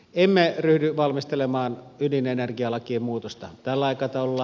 emme ryhdy valmistelemaan ydinenergialakiin muutosta tällä aikataululla